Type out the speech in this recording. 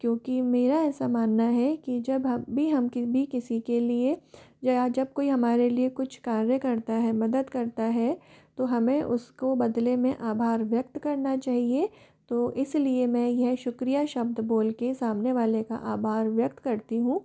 क्योंकि मेरा ऐसा मानना है की जब हम भी हम किबी किसी के लिए या जब कोई हमारे लिए कुछ कार्य करता है मदद करता है तो हमें उसको बदले में आभार व्यक्त करना चाहिए तो इसलिए मैं यह शुक्रिया शब्द बोल कर सामने वाले का आभार व्यक्त करती हूँ